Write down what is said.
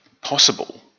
possible